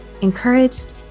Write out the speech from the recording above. encouraged